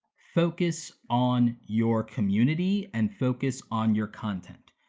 focus on your community and focus on your content.